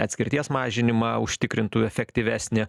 atskirties mažinimą užtikrintų efektyvesnį